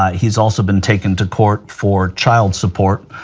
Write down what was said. ah he's also been taken to court for child support,